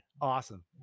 awesome